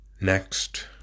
next